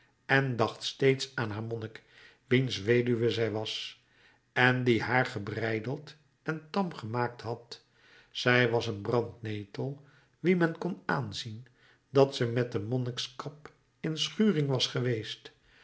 en dacht steeds aan haar monnik wiens weduwe zij was en die haar gebreideld en tam gemaakt had zij was een brandnetel wie men kon aanzien dat ze met de monnikskap in schuring was geweest